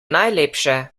najlepše